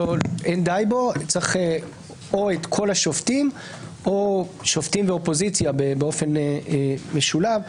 צריך את כל השופטים או שופטים ואופוזיציה באופן משולב.